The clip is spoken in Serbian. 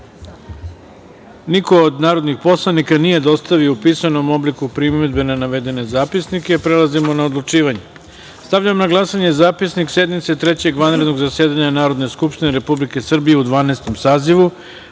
od narodnih poslanika nije dostavio u pisanom obliku primedbe na navedene zapisnike. Prelazimo na odlučivanje. Stavljam na glasanje Zapisnik sednice Trećeg vanrednog zasedanja Narodne skupštine Republike Srbije u Dvanaestom